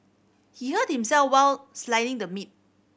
he hurt himself while slicing the meat